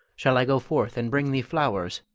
shall i go forth and bring thee flowers,